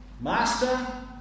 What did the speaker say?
Master